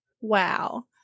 Wow